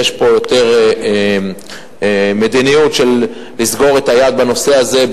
יש פה יותר מדיניות של לסגור את היד בנושא הזה,